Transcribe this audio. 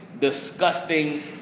disgusting